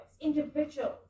individuals